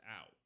out